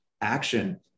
action